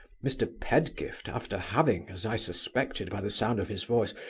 mr. pedgift, after having, as i suspected by the sound of his voice,